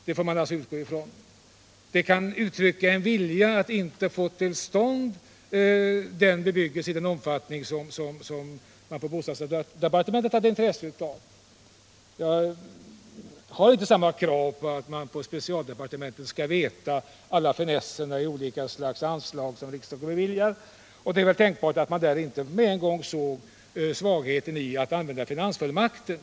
Men agerandet i den här frågan kan vara ett uttryck för en vilja att inte få till stånd ombyggnad i den omfattning som man på bostadsdepartementet hade intresse av. Jag kräver inte att man på ett specialdepartement skall känna till finesserna i samband med alla olika anslag som riksdagen beviljar, och det är tänkbart att man inom bostadsdepartementet inte insåg problemen med att i det här fallet använda finansfullmakten.